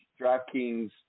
DraftKings